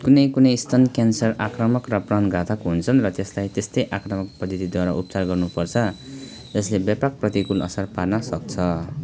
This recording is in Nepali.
कुनै कुनै स्तन क्यान्सर आक्रामक र प्राणघातक हुन्छन् र त्यसलाई त्यस्तै आक्रामक पद्धतिद्वारा उपचार गर्नुपर्छ यसले व्यापक प्रतिकूल असर पार्नसक्छ